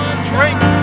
strength